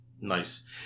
Nice